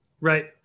Right